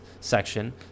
section